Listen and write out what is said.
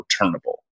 returnable